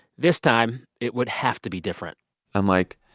this time, it would have to be different i'm like,